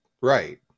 right